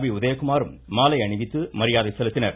B உதயகுமாரும் மாலை அணிவித்து மரியாதை செலுத்தினர்